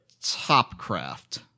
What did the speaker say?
Topcraft